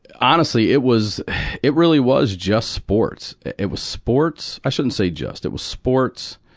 honestly it was it really was just sports. it it was sports i shouldn't say just. it was sports,